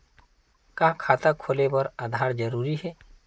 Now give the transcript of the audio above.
का खाता खोले बर आधार जरूरी हे?